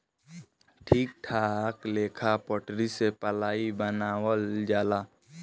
ठीक ठाक लेखा पटरी से पलाइ बनावल जाला